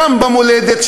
גם במולדת,